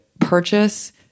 purchase